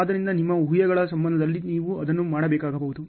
ಆದ್ದರಿಂದ ನಿಮ್ಮ ಊಹೆಗಳ ಸಂದರ್ಭದಲ್ಲಿ ನೀವು ಅದನ್ನು ಮಾಡಬೇಕಾಗಬಹುದು